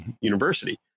university